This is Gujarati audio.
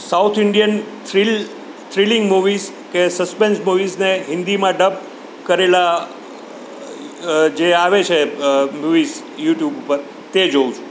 south Indian thrill thrilling movies કે સસ્પેન્સ મૂવીસને હિન્દીમાં ડબ કરેલાં જે આવે છે મૂવીસ યુટ્યુબ ઉપર તે જોઉં છું